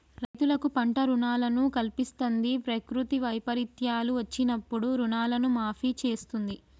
రైతులకు పంట రుణాలను కల్పిస్తంది, ప్రకృతి వైపరీత్యాలు వచ్చినప్పుడు రుణాలను మాఫీ చేస్తుంది